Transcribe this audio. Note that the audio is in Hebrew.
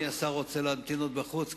אולי אדוני השר רוצה להמתין עוד בחוץ,